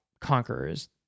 conquerors